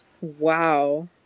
Wow